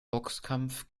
boxkampf